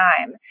time